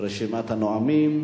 ברשימת הנואמים